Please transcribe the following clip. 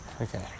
Okay